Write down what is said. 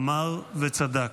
אמר וצדק.